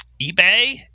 eBay